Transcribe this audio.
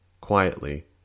Quietly